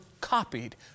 copied